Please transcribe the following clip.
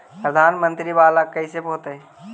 प्रधानमंत्री मंत्री वाला कैसे होता?